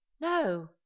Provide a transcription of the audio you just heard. no